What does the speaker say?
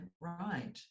right